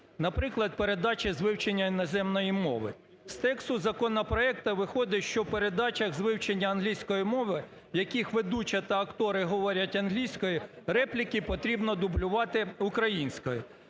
Наприклад, передача з вивчення іноземної мови. З тексту законопроекту виходить, що передача з вивчення англійської мови, в яких ведуча та актори говорять англійською, репліки потрібно дублювати українською.